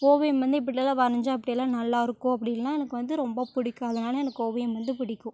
ஓவியம் வந்து இப்படிலாம் வரைஞ்சால் இப்படியெல்லாம் நல்லா இருக்கும் அப்படின்லாம் எனக்கு வந்து ரொம்ப பிடிக்கும் அதனால எனக்கு ஓவியம் வந்து பிடிக்கும்